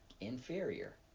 inferior